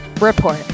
Report